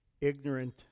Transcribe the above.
ignorant